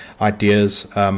ideas